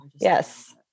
yes